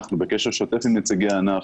אנחנו בקשר שוטף עם נציגי הענף,